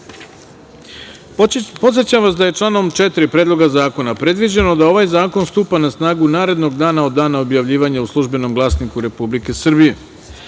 načelu. Podsećam vas da je članom 4. Predloga zakona predviđeno da ovaj zakon stupa na snagu narednog dana od dana objavljivanja u „Službenom glasniku Republike Srbije“.Prema